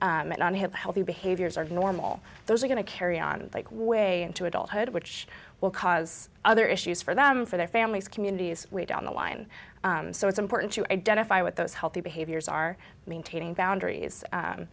have healthy behaviors are normal those are going to carry on like way into adulthood which will cause other issues for them for their families communities down the line so it's important to identify what those healthy behaviors are maintaining boundaries